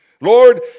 Lord